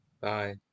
Bye